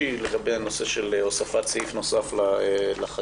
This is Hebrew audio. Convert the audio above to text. לגבי הנושא של הוספת סעיף נוסף לחקיקה.